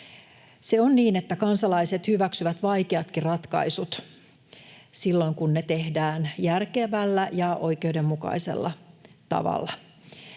Se on niin, että kansalaiset hyväksyvät vaikeatkin ratkaisut silloin, kun ne tehdään järkevällä ja oikeudenmukaisella tavalla.